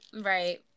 Right